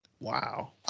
Wow